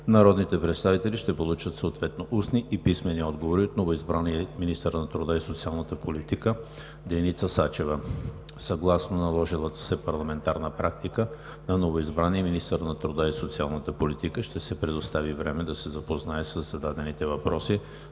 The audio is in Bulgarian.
народните представители ще получат съответно устни и писмени отговори от новоизбрания министър на труда и социалната политика Деница Сачева. Съгласно наложилата се парламентарна практика на новоизбрания министър на труда и социалната политика ще се предостави време да се запознае със зададените въпроси,